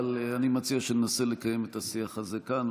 אנחנו נשתדל גם כאן --- אני מציע שננסה לקיים את השיח הזה כאן.